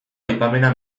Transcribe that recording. aipamena